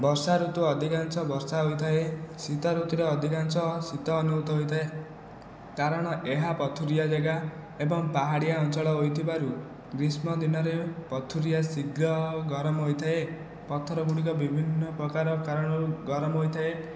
ବର୍ଷାଋତୁ ଅଧିକାଂଶ ବର୍ଷା ହୋଇଥାଏ ଶୀତ ଋତୁରେ ଅଧିକାଂଶ ଶୀତ ଅନୁଭୁତ ହୋଇଥାଏ କାରଣ ଏହା ପଥୁରିଆ ଜାଗା ଏବଂ ପାହାଡ଼ିଆ ଅଞ୍ଚଳ ହୋଇଥିବାରୁ ଗ୍ରୀଷ୍ମ ଦିନରେ ପଥୁରିଆ ଶୀଘ୍ର ଗରମ ହୋଇଥାଏ ପଥର ଗୁଡ଼ିକ ବିଭିନ୍ନ ପ୍ରକାର କାରଣରୁ ଗରମ ହୋଇଥାଏ